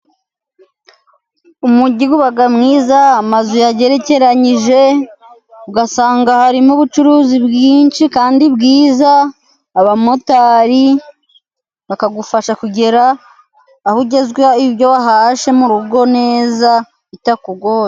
Umujyi uba mwiza, amazu agerekeranyije, ugasanga harimo ubucuruzi bwinshi kandi bwiza, abamotari bakagufasha kugera aho ugeza ibyo wahashye mu rugo neza bitakugoye.